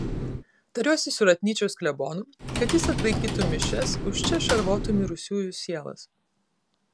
tariuosi su ratnyčios klebonu kad jis atlaikytų mišias už čia šarvotų mirusiųjų sielas